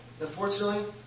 unfortunately